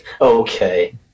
Okay